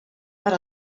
per